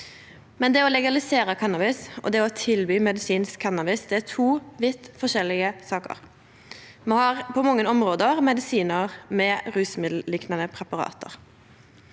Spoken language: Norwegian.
Men å legalisere cannabis og å tilby medisinsk cannabis er to vidt forskjellige saker. Me har på mange område medisinar med rusmiddelliknande preparat,